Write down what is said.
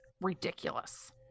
ridiculous